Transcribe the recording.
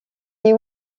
est